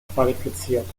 qualifiziert